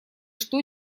что